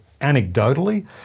Anecdotally